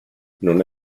non